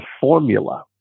formula